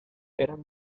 eran